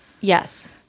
Yes